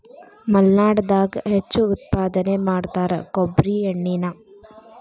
ಮಲ್ನಾಡದಾಗ ಹೆಚ್ಚು ಉತ್ಪಾದನೆ ಮಾಡತಾರ ಕೊಬ್ಬ್ರಿ ಎಣ್ಣಿನಾ